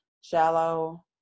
shallow